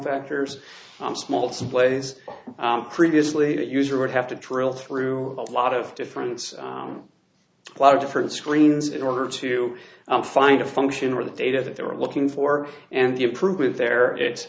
factors i'm small someplace previously user would have to drill through a lot of difference a lot of different screens in order to find a function or the data that they were looking for and the improvement there